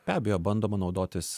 be abejo bandoma naudotis